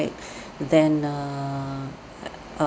then err uh